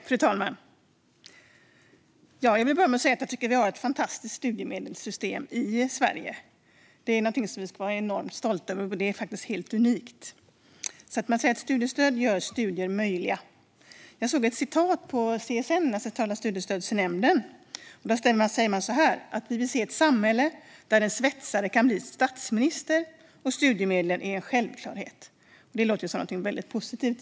Fru talman! Jag vill börja med att säga att jag tycker att vi har ett fantastiskt studiemedelssystem i Sverige. Det är någonting som vi ska vara enormt stolta över, och det är faktiskt helt unikt. Studiestödet gör studier möjliga. Jag läste något som CSN, Centrala Studiestödsnämnden, skrivit. Man skrev att man vill se ett samhälle där en svetsare kan bli statsminister och där studiemedel är en självklarhet. Det låter givetvis som någonting väldigt positivt.